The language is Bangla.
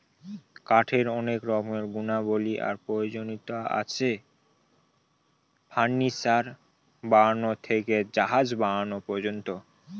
কাঠের অনেক রকমের গুণাবলী আর প্রয়োজনীয়তা আছে, ফার্নিচার বানানো থেকে জাহাজ বানানো পর্যন্ত